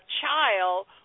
child